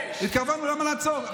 תעצור לחודש.